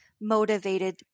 motivated